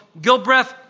Gilbreth